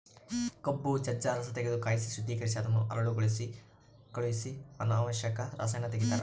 ಕಬ್ಬು ಜಜ್ಜ ರಸತೆಗೆದು ಕಾಯಿಸಿ ಶುದ್ದೀಕರಿಸಿ ಅದನ್ನು ಹರಳುಗೊಳಿಸಲು ಕಳಿಹಿಸಿ ಅನಾವಶ್ಯಕ ರಸಾಯನ ತೆಗಿತಾರ